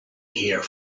here